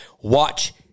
watch